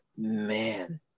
man